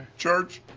church!